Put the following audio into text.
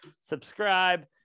subscribe